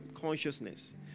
consciousness